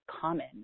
common